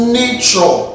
nature